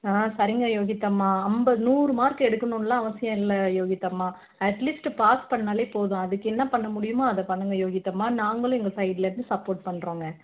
ஆ சரிங்க யோகித் அம்மா ஐம்பது நூறு மார்க் எடுக்கணுன்லாம் அவசியம் இல்லை யோகித் அம்மா அட்லீஸ்ட்டு பாஸ் பண்ணிணாலே போதும் அதுக்கென்ன பண்ண முடியுமோ அதை பண்ணுங்க யோகித் அம்மா நாங்களும் எங்கள் சைட்லிருந்து சப்போர்ட் பண்ணுறோங்க